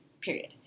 period